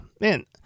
man